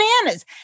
bananas